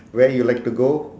where you like to go